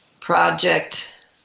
Project